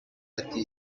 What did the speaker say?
ati